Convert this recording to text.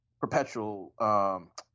perpetual